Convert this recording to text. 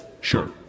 Sure